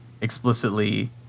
explicitly